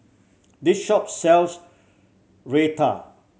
this shop sells Raita